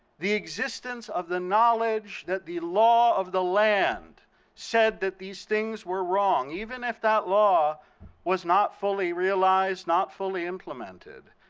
the existence of the knowledge that the law of the land said that these things were wrong, even if that law was not fully realized, not fully implemented,